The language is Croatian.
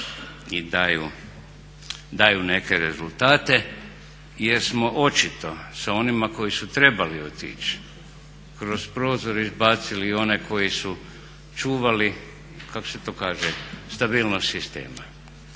i daju neke rezultate jer smo očito sa onima koji su trebali otići kroz prozor izbacili i one koji su čuvali kako se to kaže stabilnost sistema.